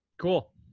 Cool